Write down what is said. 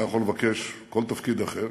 הוא היה יכול לבקש כל תפקיד אחר,